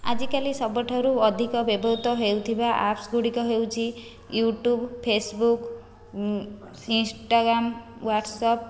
ଆଜି କାଲି ସବୁଠାରୁ ଅଧିକ ବ୍ୟବହୃତ ହେଉଥିବା ଆପ୍ସଗୁଡ଼ିକ ହେଉଛି ୟୁଟ୍ୟୁବ୍ ଫେସବୁକ୍ ଇନ୍ଷ୍ଟାଗ୍ରାମ୍ ହ୍ଵାଟ୍ସଆପ୍